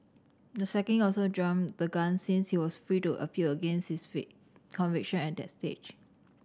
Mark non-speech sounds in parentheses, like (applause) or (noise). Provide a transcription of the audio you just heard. the sacking also jumped the gun since he was free to appeal against his (unintelligible) conviction at that stage